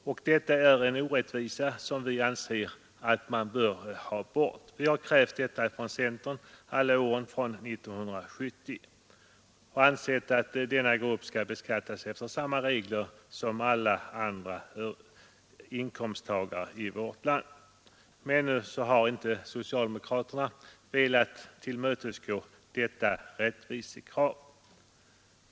Detta är en orättvisa som vi anser att man bör ta bort. Vi har krävt detta i centern under alla år sedan 1970. Vi anser att denna grupp skall beskattas enligt samma regler som alla andra inkomsttagare i vårt land, men ännu har inte socialdemokraterna velat tillmötesgå detta rättvisekrav.